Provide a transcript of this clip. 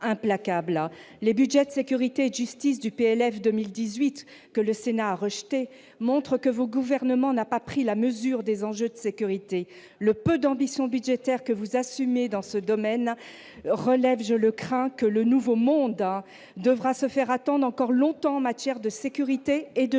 Les budgets de sécurité et de justice du projet de loi de finances pour 2018, que le Sénat a rejetés, montrent que le Gouvernement n'a pas pris la mesure des enjeux de sécurité. Le peu d'ambition budgétaire que vous assumez dans ce domaine révèle, je le crains, que le « nouveau monde » devra se faire attendre encore longtemps en matière de sécurité et de justice.